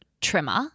trimmer